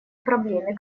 проблеме